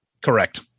Correct